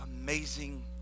amazing